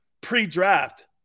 pre-draft